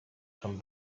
come